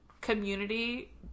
community